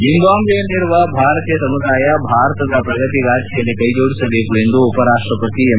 ಜಂಬಾಬ್ವೆಯಲ್ಲಿರುವ ಭಾರತೀಯ ಸಮುದಾಯ ಭಾರತದ ಪ್ರಗತಿಗಾಥೆಯಲ್ಲಿ ಕೈಜೋಡಿಸಬೇಕು ಎಂದು ಉಪರಾಷ್ಟಪತಿ ಎಂ